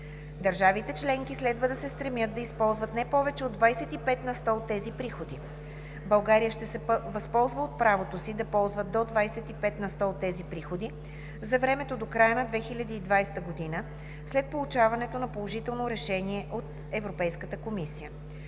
Държавите членки следва да се стремят да използват не повече от 25 на сто от тези приходи. България ще се възползва от правото си да ползва до 25 на сто от тези приходи за времето до края на 2020 г. след получаването на положително решение от Европейската комисия.